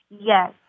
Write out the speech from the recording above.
Yes